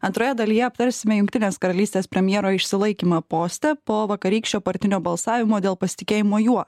antroje dalyje aptarsime jungtinės karalystės premjero išsilaikymą poste po vakarykščio partinio balsavimo dėl pasitikėjimo juo